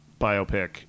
biopic